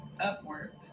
upward